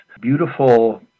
beautiful